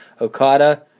Okada